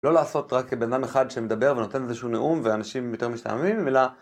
לא לעשות רק בן אדם אחד שמדבר ונותן איזשהו נאום ואנשים יותר משתעממים אלא.